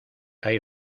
hay